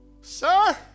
Sir